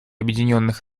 объединенных